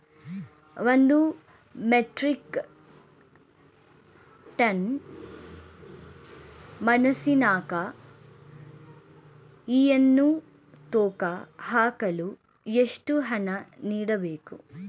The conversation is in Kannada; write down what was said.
ಒಂದು ಮೆಟ್ರಿಕ್ ಟನ್ ಮೆಣಸಿನಕಾಯಿಯನ್ನು ತೂಕ ಹಾಕಲು ಎಷ್ಟು ಹಣ ನೀಡಬೇಕು?